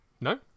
No